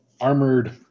armored